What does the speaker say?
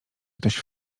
ktoś